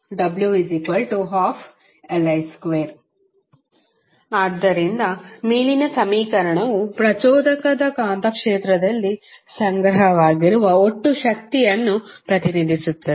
w12Li2 ಆದ್ದರಿಂದ ಮೇಲಿನ ಸಮೀಕರಣವು ಪ್ರಚೋದಕದ ಕಾಂತಕ್ಷೇತ್ರದಲ್ಲಿ ಸಂಗ್ರಹವಾಗಿರುವ ಒಟ್ಟು ಶಕ್ತಿಯನ್ನು ಪ್ರತಿನಿಧಿಸುತ್ತದೆ